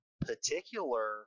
particular